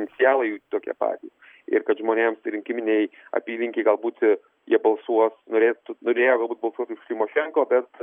inicialai jų tokie patys ir kad žmonėms rinkiminėj apylinkėj galbūt jie balsuos norėtų norėjo galbūt balsuot už tymošenko bet